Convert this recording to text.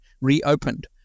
reopened